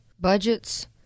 budgets